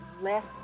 less